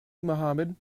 mohamed